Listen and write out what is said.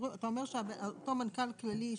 אתה אומר שאותו מנהל כללי,